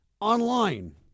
online